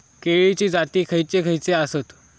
केळीचे जाती खयचे खयचे आसत?